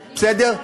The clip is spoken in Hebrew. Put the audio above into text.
בסדר?